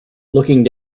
looking